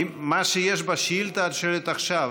מה שיש בשאילתה את שואלת עכשיו.